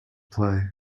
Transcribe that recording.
play